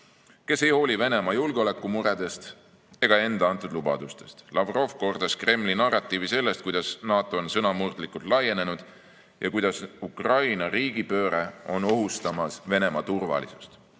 kes ei hooli Venemaa julgeolekumuredest ega enda antud lubadustest. Lavrov kordas Kremli narratiivi sellest, kuidas NATO on sõnamurdlikult laienenud ja kuidas Ukraina "riigipööre" on ohustamas Venemaa turvalisust.